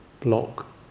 block